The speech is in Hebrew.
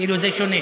כאילו זה שונה.